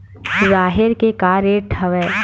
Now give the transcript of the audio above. राहेर के का रेट हवय?